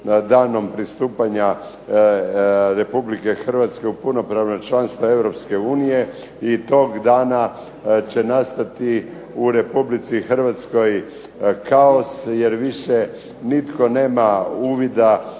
danom pristupanja RH u punopravno članstvo EU i tog dana će nastati u RH kaos jer više nitko nema uvida